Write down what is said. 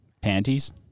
Panties